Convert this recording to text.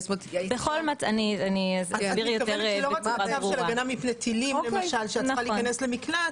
לא רק במצב של הגנה מפני טילים כשצריך להיכנס למקלט